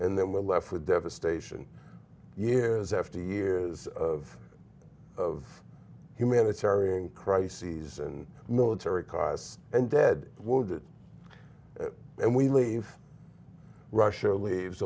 and then we're left with devastation years after years of of humanitarian crises and military costs and dead wood and we leave russia leaves